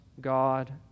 God